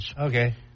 Okay